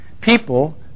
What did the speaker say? People